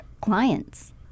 clients